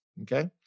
okay